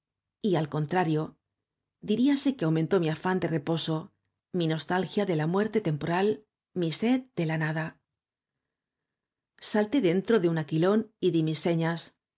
y al contrario diríase que aumentó mi afán de reposo mi nostalgia de la muerte temporal mi sed de la nada salté dentro de un alquilón y